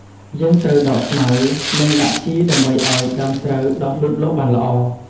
យើងត្រូវដកស្មៅ និងដាក់ជីដើម្បីឱ្យដើមស្រូវដុះលូតលាស់បានល្អ។